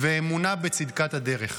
ואמונה בצדקת הדרך.